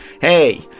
hey